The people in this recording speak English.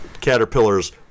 caterpillars